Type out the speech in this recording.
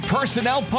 Personnel